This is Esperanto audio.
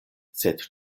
sed